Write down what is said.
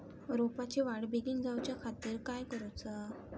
रोपाची वाढ बिगीन जाऊच्या खातीर काय करुचा?